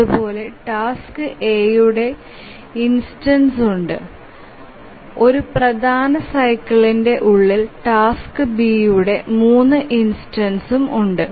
അതുപോലെ task A യുടെ 4 instance ഉണ്ട് ഒരു പ്രധാന സൈക്കിളെന്ടെ ഉളിൽ ടാസ്ക് B യുടെ 3 ഇൻസ്റ്റൻസ്സ് ഉണ്ട്